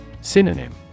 Synonym